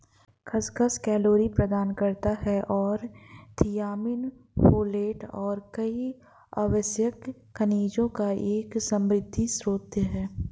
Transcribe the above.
खसखस कैलोरी प्रदान करता है और थियामिन, फोलेट और कई आवश्यक खनिजों का एक समृद्ध स्रोत है